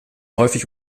häufig